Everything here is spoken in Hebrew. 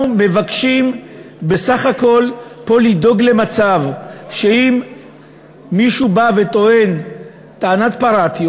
אנחנו מבקשים פה בסך הכול לדאוג למצב שאם מישהו בא וטוען טענת "פרעתי",